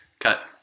Cut